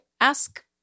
ask